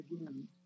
again